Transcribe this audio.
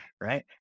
right